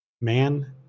man